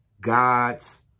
God's